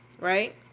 right